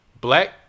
Black